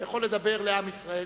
אתה יכול לדבר לעם ישראל,